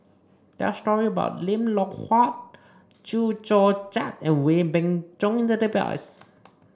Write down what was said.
there are story about Lim Loh Huat Chew Joo Chiat and Wee Beng Chong in the database